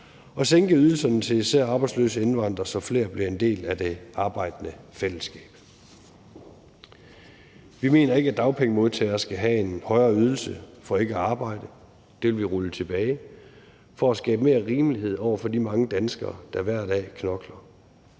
og sænke ydelserne til især arbejdsløse indvandrere, så flere bliver en del af det arbejdende fællesskab. Vi mener ikke, at dagpengemodtagere skal have en højere ydelse for ikke at arbejde. Det vil vi rulle tilbage for at skabe mere rimelighed over for de mange danskere, der hver dag knokler.